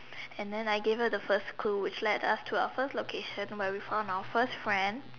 and then I gave her the first clue which led us to our first location where we found our first friend